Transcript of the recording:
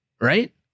Right